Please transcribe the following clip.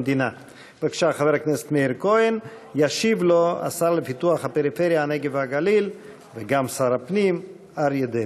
תודה לשר לביטחון פנים חבר הכנסת גלעד ארדן.